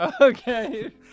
Okay